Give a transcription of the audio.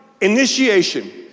initiation